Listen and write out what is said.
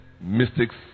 mystics